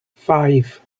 five